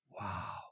Wow